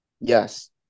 Yes